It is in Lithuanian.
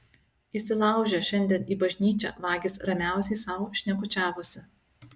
įsilaužę šiandien į bažnyčią vagys ramiausiai sau šnekučiavosi